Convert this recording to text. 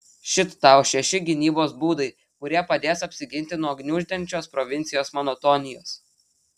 šit tau šeši gynybos būdai kurie padės apsiginti nuo gniuždančios provincijos monotonijos